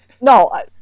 No